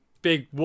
Big